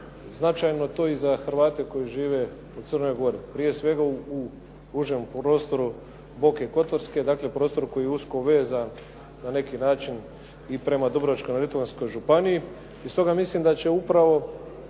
značajno to i za Hrvate koji žive u Crnoj Gori, prije svega u užem prostoru Boke Kotorske, dakle prostoru koji je usko vezan na neki način i prema Dubrovačko-neretvanskoj županiji. I stoga mislim da će upravo